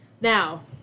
now